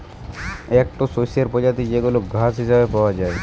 একটো শস্যের প্রজাতি যেইগুলা ঘাস হিসেবে পাওয়া যায়